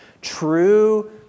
true